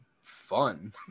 fun